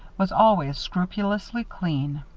was always scrupulously clean.